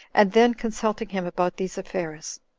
and then consulting him about these affairs.